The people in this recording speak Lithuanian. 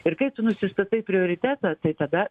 ir kai tu nusistatai prioritetą tai tada